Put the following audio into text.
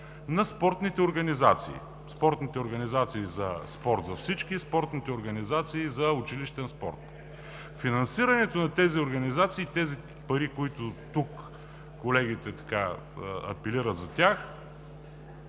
на спортните организации – спортните организации за спорт за всички; спортните организации за училищен спорт. Финансирането на тези организации и тези пари, за които колегите апелират,